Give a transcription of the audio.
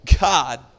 God